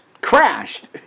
crashed